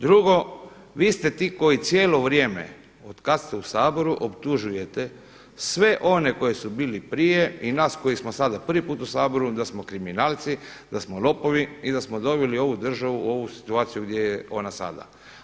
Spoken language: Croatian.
Drugo, vi ste ti koji cijelo vrijeme od kad ste u Saboru otpužujete sve one koji su b ili prije i nas koji smo sada prvi put u Saboru da smo kriminalci, da smo lopovi i da smo doveli ovu državu u ovu situaciju gdje je ona sada.